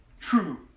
true